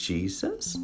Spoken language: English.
Jesus